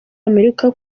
amerika